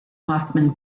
hoffman